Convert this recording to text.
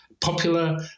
popular